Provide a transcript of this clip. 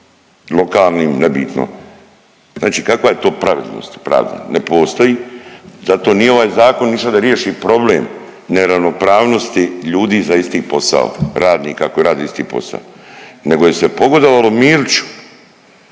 lokalnim nebitno. Znači kakva je to pravednost i pravda? Ne postoji. Zato nije ovaj zakon išao da riješi problem neravnopravnosti ljudi za isti posao, radnika koji rade isti posao, nego se pogodovalo Miliću